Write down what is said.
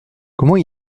comment